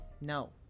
No